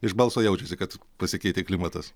iš balso jaučiasi kad pasikeitė klimatas